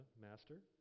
master